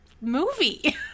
movie